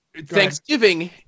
Thanksgiving